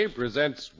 presents